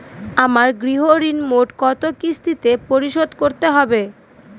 আমার গৃহঋণ মোট কত কিস্তিতে পরিশোধ করতে হবে?